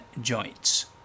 joints